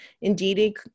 Indeed